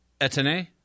Etienne